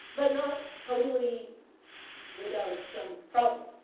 but not totally without some problem.